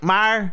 Maar